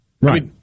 right